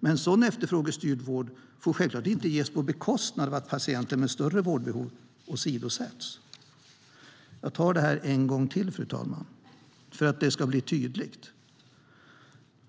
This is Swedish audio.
Men sådan efterfrågestyrd vård får självklart inte ges på bekostnad av att patienter med större vårdbehov åsidosätts. Jag tar det en gång till, fru talman, för att det ska bli tydligt